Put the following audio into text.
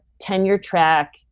tenure-track